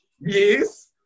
Yes